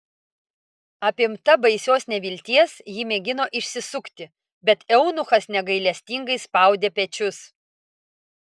apimta baisios nevilties ji mėgino išsisukti bet eunuchas negailestingai spaudė pečius